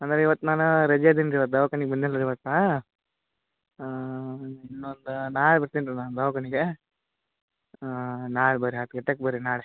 ಅಂದರೆ ಇವತ್ತು ನಾನು ರಜೆ ಇದೀನಿ ರೀ ಇವತ್ತು ದವಾಖಾನಿಗೆ ಬಂದಿಲ್ಲ ರೀ ಇವತ್ತು ಇನ್ನೊಂದು ನಾಳೆ ಬರ್ತೀನಿ ರೀ ನಾನು ದವಾಖಾನೆಗೆ ನಾಳೆ ಬನ್ರಿ ಹತ್ತು ಗಂಟೆಗೆ ಬನ್ರಿ ನಾಳೆ